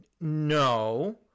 no